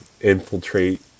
infiltrate